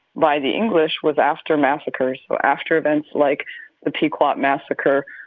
by the english, was after massacres. so after events like the pequot massacre,